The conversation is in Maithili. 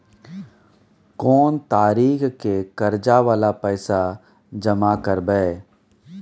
कोन तारीख के कर्जा वाला पैसा जमा करबे?